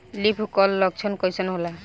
Leaf curl लक्षण कइसन होला?